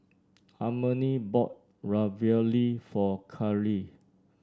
Harmony bought Ravioli for Caryl